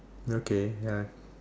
okay ya